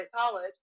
college